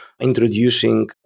introducing